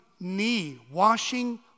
knee-washing